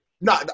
No